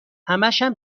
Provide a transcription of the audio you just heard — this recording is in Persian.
همشم